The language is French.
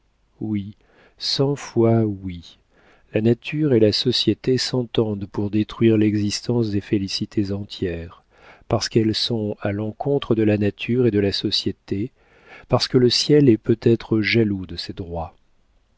oui cent fois oui la nature et la société s'entendent pour détruire l'existence des félicités entières par ce qu'elles sont à l'encontre de la nature et de la société parce que le ciel est peut-être jaloux de ses droits